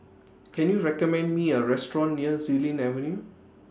Can YOU recommend Me A Restaurant near Xilin Avenue